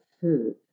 food